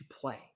play